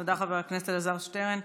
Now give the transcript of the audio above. תודה, חבר הכנסת אלעזר שטרן.